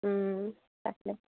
ওম তাকে